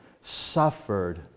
suffered